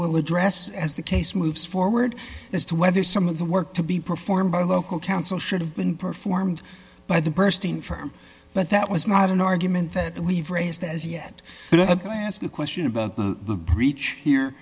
will address as the case moves forward as to whether some of the work to be performed by the local council should have been performed by the bursting firm but that was not an argument that we've raised as yet but i ask a question about the breach here